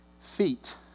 feet